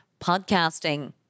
podcasting